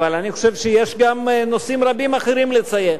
אבל אני חושב שיש נושאים רבים אחרים לציין.